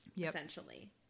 essentially